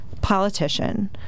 politician